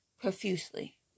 profusely